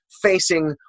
facing